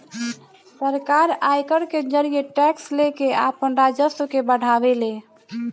सरकार आयकर के जरिए टैक्स लेके आपन राजस्व के बढ़ावे ले